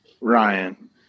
Ryan